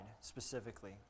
specifically